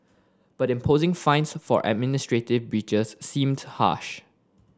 but imposing fines for administrative breaches seemed harsh